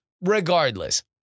Regardless